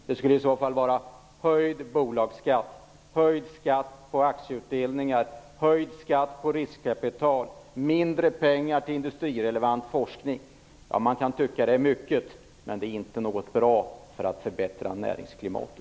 Det skulle i så fall vara höjd bolagsskatt, höjd skatt på aktieutdelningar, höjd skatt på riskkapital och mindre pengar till industrirelevant forskning. Man kan tycka att det är mycket, men det är inte något som förbättrar näringsklimatet.